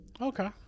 Okay